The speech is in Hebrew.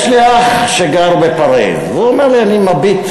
יש לי אח שגר בפריז והוא אומר לי: אני מביט